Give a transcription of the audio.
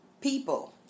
people